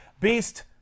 Beast